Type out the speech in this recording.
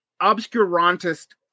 obscurantist